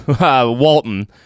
Walton